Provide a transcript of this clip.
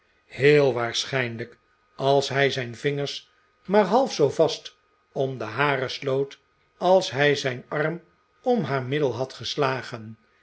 heel waarschijnlijk als hij zijn vingers maar half zoo vast om de hare sloot als hij zijn arm om haar middel had geslagen